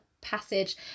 Passage